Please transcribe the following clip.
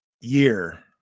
year